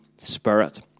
Spirit